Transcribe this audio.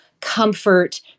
comfort